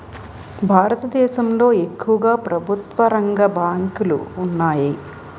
భారతదేశంలో ఎక్కువుగా ప్రభుత్వరంగ బ్యాంకులు ఉన్నాయి